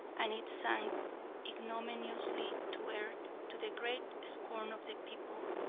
and it sank ignominiously to earth, to the great scorn of the people,